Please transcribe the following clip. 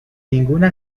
ninguna